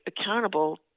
accountable